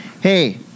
hey